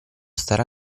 stare